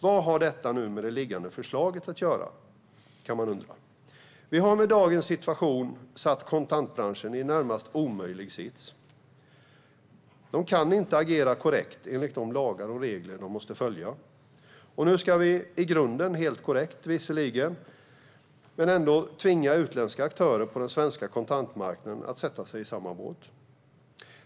Vad detta har att göra med det liggande förslaget kan man undra. Vi har med dagens situation satt kontantbranschen i en närmast omöjlig sits. De kan inte agera korrekt enligt de lagar och regler de måste följa. Och nu ska vi, visserligen helt korrekt i grunden, tvinga utländska aktörer på den svenska kontantmarknaden att sätta sig i samma båt.